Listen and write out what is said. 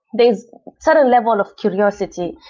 there's certain level of curiosity.